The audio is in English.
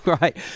Right